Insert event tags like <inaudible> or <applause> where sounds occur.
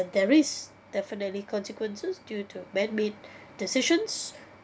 there is definitely consequences due to man-made <breath> decisions